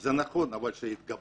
זה נכון, אבל שהיא התגברה?